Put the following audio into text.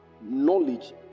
knowledge